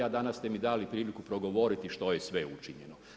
A danas ste mi dali priliku progovoriti što je sve učinjeno.